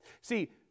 See